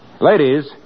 Ladies